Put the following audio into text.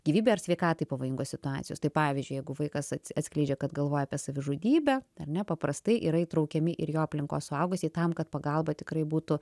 gyvybei ar sveikatai pavojingos situacijos tai pavyzdžiui jeigu vaikas ats atskleidžia kad galvoja apie savižudybę ar ne paprastai yra įtraukiami ir jo aplinkos suaugusieji tam kad pagalba tikrai būtų